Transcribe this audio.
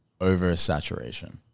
oversaturation